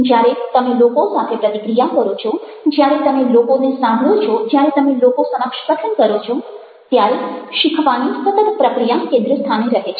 જ્યારે તમે લોકો સાથે પ્રતિક્રિયા કરો છો જ્યારે તમે લોકોને સાંભળો છો જ્યારે તમે લોકો સમક્ષ કથન કરો છો ત્યારે શીખવાની સતત પ્રક્રિયા કેન્દ્રસ્થાને રહે છે